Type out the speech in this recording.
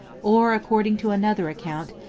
or, according to another account,